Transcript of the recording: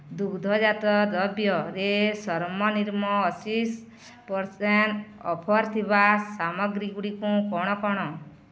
ଦୁଗ୍ଧଜାତ ଦ୍ରବ୍ୟରେ ଶ୍ରର୍ମନିର୍ମ ଅଶୀ ପରସେଣ୍ଟ ଅଫର୍ ଥିବା ସାମଗ୍ରୀ ଗୁଡ଼ିକ କ'ଣ କ'ଣ